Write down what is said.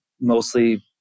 mostly